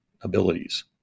abilities